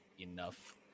enough